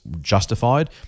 justified